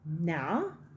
now